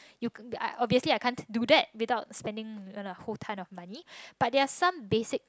you c~ I I obviously I can't do that without spending you know whole time of money but there are some basic